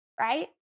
right